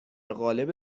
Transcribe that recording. قالب